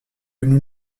nous